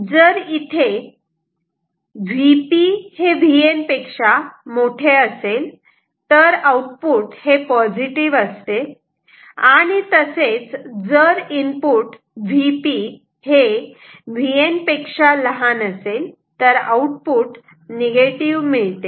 जर इथे Vp हे Vn पेक्षा मोठे असेल तर आउटपुट हे पॉझिटिव्ह असते आणि तसेच जर Vp हे Vn पेक्षा लहान असेल तर आउटपुट निगेटिव्ह मिळते